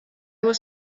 was